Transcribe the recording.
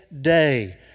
day